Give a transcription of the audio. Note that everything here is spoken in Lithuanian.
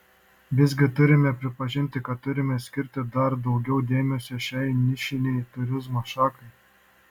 visgi turime pripažinti kad turime skirti dar daugiau dėmesio šiai nišinei turizmo šakai